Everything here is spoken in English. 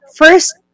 first